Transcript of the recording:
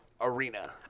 arena